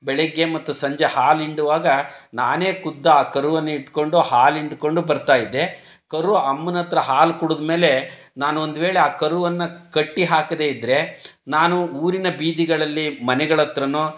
ಬೆಳಿಗ್ಗೆ ಮತ್ತು ಸಂಜೆ ಹಾಲು ಹಿಂಡುವಾಗ ನಾನೇ ಖುದ್ದು ಆ ಕರುವನ್ನು ಇಟ್ಟುಕೊಂಡು ಹಾಲು ಹಿಂಡಿಕೊಂಡು ಬರ್ತಾ ಇದ್ದೆ ಕರು ಅಮ್ಮನ ಹತ್ತಿರ ಹಾಲು ಕುಡ್ದ ಮೇಲೆ ನಾನು ಒಂದು ವೇಳೆ ಆ ಕರುವನ್ನು ಕಟ್ಟಿ ಹಾಕದೇ ಇದ್ದರೆ ನಾನು ಊರಿನ ಬೀದಿಗಳಲ್ಲಿ ಮನೆಗಳ ಹತ್ತಿರನೋ